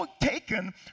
taken